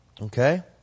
Okay